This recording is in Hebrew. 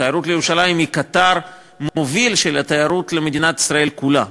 התיירות לירושלים היא קטר מוביל של התיירות למדינת ישראל כולה,